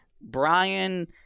Brian